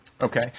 Okay